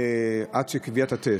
עד קביעת הטסט,